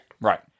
Right